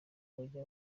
bajya